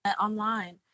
online